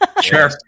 Sure